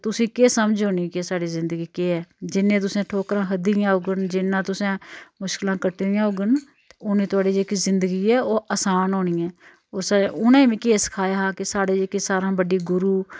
तुसें केह् समझ औनी कि साढ़ी जिंदगी केह् ऐ जिन्नियां तुसें ठोक्करां खाद्धी दियां होङन जिन्ना तुसें मुश्कलां कट्टी दियां होङन उन्नी तोआढ़ी जेहकी जिंदगी ऐ ओह् असान होनी ऐ उस उनें मिकी एह् सखाया हा के साढ़े जेह्के सारां हा बड्डे गुरु